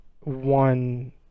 one